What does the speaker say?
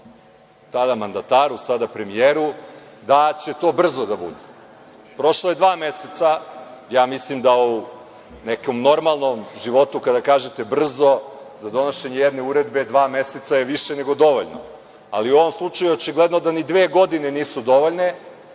tada mandataru, sada premijeru, da će to brzo da bude. Prošlo je dva meseca. Ja mislim da u nekom normalnom životu kada kažete brzo, za donošenje jedne uredbe dva meseca je više nego dovoljno, ali u ovom slučaju je očigledno ni dve godine nisu dovoljne